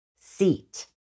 seat